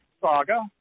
saga